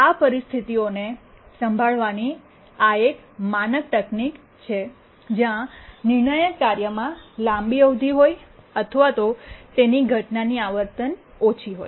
આ પરિસ્થિતિઓને સંભાળવાની આ એક માનક તકનીક છે જ્યાં નિર્ણાયક કાર્યમાં લાંબી અવધિ હોય અથવા તેની ઘટનાની આવર્તન ઓછી હોય